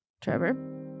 Trevor